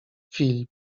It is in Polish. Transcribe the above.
filip